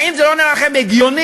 האם לא נראה לכם הגיוני